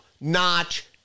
notch